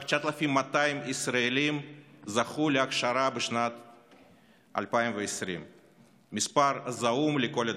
רק 9,200 ישראלים זכו להכשרה בשנת 2020. מספר זעום לכל הדעות,